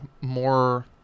more